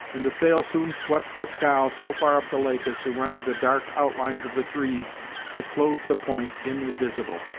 and the sail soon swept the scow so far up the lake as to render the dark outlines of the trees that clothed the point dimly visible.